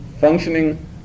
functioning